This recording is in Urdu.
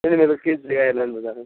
کس جگہ ہے لائن بازار میں